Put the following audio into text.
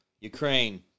Ukraine